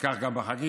וכך גם בחגים.